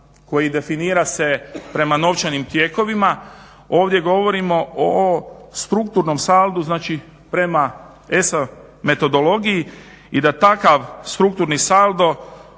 koji se definira prema novčanim tijekovima. Ovdje govorimo o strukturnom saldu prema ESA metodologiji i da takav strukturni saldo